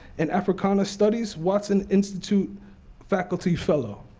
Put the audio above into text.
and africana studies, watson institute faculty fellow.